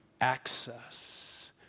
access